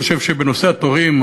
חושב שבנושא התורים,